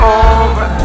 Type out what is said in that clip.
over